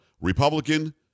Republican